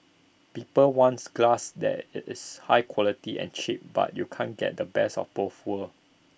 people wants glass that IT is high quality and cheap but you can't get the best of both worlds